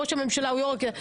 ראש הממשלה או יו"ר הכנסת.